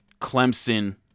Clemson